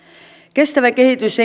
kestävä kehitys